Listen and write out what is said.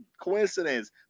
Coincidence